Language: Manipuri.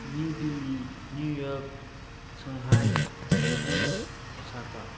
new Delhi New York Shanghai Beijing Osaka